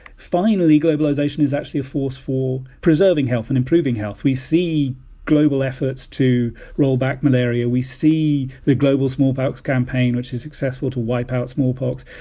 finally, globalization is actually a force for preserving health and improving health. we see global efforts to roll back malaria. we see the global smallpox campaign, which is successful to wipe out smallpox.